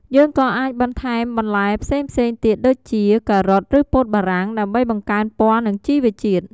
យើងក៏អាចបន្ថែមបន្លែផ្សេងៗទៀតដូចជា ការ៉ុតឬពោតបារាំង ដើម្បីបង្កើនពណ៌និងជីវជាតិ។